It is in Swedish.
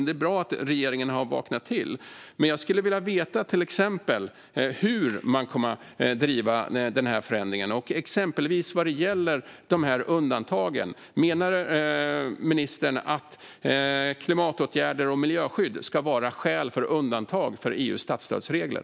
Det är bra att regeringen har vaknat till, men jag skulle till exempel vilja veta hur man kommer att driva denna förändring, exempelvis vad gäller undantagen. Menar ministern att klimatåtgärder och miljöskydd ska vara skäl för undantag från EU:s statsstödsregler?